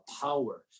power